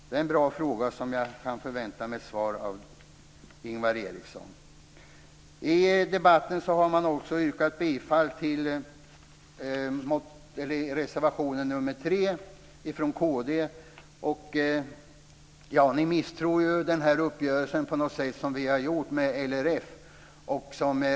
Det är en bra fråga som jag kan förvänta mig ett svar på från Ingvar I debatten har man också yrkat bifall till reservation 3 från kd. Ni misstror på något sätt den uppgörelse som vi har gjort med LRF.